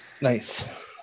Nice